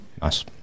Nice